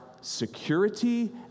security